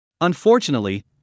Unfortunately